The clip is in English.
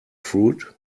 fruit